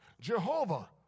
Jehovah